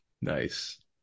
Nice